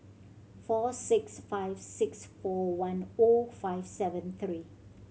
four six five six four one O five seven three